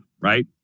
right